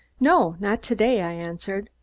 no. not to-day, i answered.